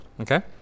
okay